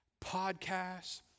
podcasts